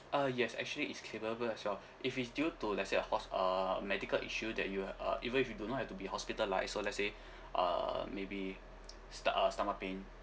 uh yes actually it's claimable as well if it's due to let's say a hos~ uh medical issue that you were uh even if you do not have to be hospitalised so let's say uh maybe st~ uh stomach pain